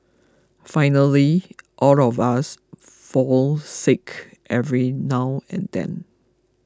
finally all of us fall sick every now and then